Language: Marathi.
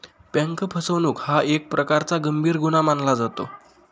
बँक फसवणूक हा एक प्रकारचा गंभीर गुन्हा मानला जातो